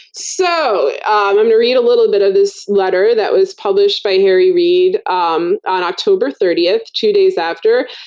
so um i'm gonna read a little bit of this letter that was published by harry reid um on october thirtieth, two days after.